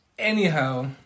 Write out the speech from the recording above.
Anyhow